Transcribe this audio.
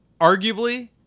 arguably